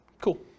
Cool